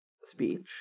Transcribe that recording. speech